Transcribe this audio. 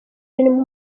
irimo